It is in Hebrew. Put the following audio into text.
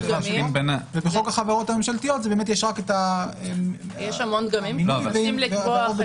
ובחוק החברות הממשלתיות יש המינוי והרוב בתקנות.